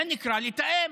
זה נקרא לתאם.